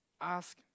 Ask